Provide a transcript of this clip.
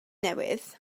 newydd